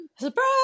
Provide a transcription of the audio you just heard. Surprise